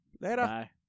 Later